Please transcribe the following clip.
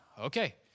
okay